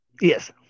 yes